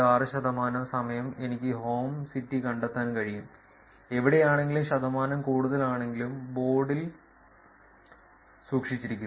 6 ശതമാനം സമയം എനിക്ക് ഹോം സിറ്റി കണ്ടെത്താൻ കഴിയും എവിടെയാണെങ്കിലും ശതമാനം കൂടുതലാണെങ്കിലും ബോൾഡിൽ സൂക്ഷിച്ചിരിക്കുന്നു